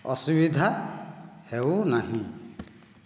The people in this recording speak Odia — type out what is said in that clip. ଅସୁବିଧା ହେଉନାହିଁ